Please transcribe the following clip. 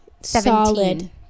solid